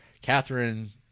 Catherine